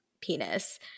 penis